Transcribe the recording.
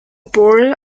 born